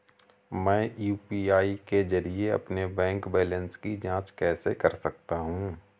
मैं यू.पी.आई के जरिए अपने बैंक बैलेंस की जाँच कैसे कर सकता हूँ?